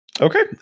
Okay